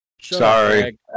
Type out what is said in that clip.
Sorry